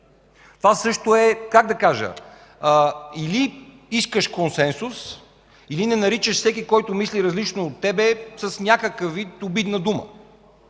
това също е, как да кажа?! Или искаш консенсус, или наричаш всеки, който мисли различно от теб, с някакъв вид обидна дума.